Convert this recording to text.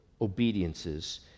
obediences